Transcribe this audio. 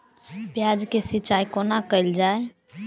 प्याज केँ सिचाई कोना कैल जाए?